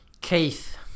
keith